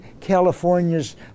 California's